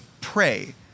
pray